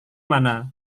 mana